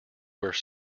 where